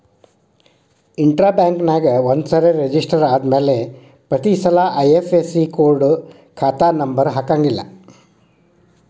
intra ಬ್ಯಾಂಕ್ನ್ಯಾಗ ಒಂದ್ಸರೆ register ಆದ್ಮ್ಯಾಲೆ ಪ್ರತಿಸಲ ಐ.ಎಫ್.ಎಸ್.ಇ ಕೊಡ ಖಾತಾ ನಂಬರ ಹಾಕಂಗಿಲ್ಲಾ